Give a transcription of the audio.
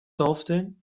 often